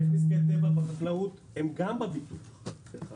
נזקי טבע בחקלאות הם גם בביטוח, דרך אגב.